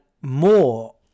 more